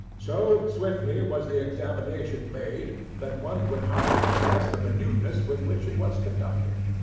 so swiftly was the examination made, that one would hardly have guessed the minuteness with which it was conducted.